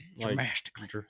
Dramatically